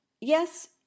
Yes